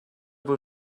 wohl